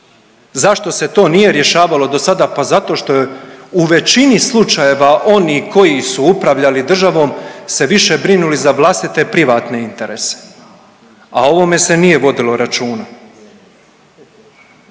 Zašto se to nije rješavalo do sada? Pa zato što je u većini slučajeva oni koji su upravljali državom se više brinuli za vlastite privatne interese. A o ovome se nije vodilo računa.